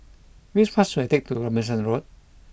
which bus should I take to Robinson Road